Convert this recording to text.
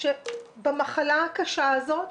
שנמצא במחלה הקשה הזאת,